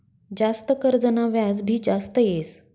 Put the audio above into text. जास्त कर्जना व्याज भी जास्त येस